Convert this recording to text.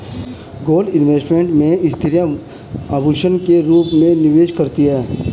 gold investment में स्त्रियां आभूषण के रूप में निवेश करती हैं